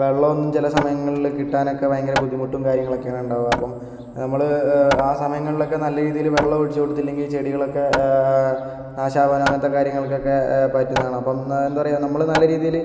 വെള്ളമൊന്നും ചില സമയങ്ങളില് കിട്ടാനൊക്കെ ഭയങ്കര ബുദ്ധിമുട്ടും കാര്യങ്ങളൊക്കെയാണ് ഉണ്ടാവുക അപ്പം നമ്മള് ആ സമയങ്ങളിലൊക്കെ നല്ല രീതിയില് വെള്ളം ഒഴിച്ച് കൊടുത്തില്ലെങ്കിൽ ചെടികളൊക്കെ നാശമാകാനും അങ്ങനത്തെ കാര്യങ്ങൾക്കൊക്കെ പറ്റുന്നതാണ് അപ്പം എന്താ പറയുക നമ്മള് നല്ല രീതിയില്